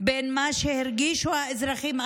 בין מה שהרגישו האזרחים,